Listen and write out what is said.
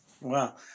Wow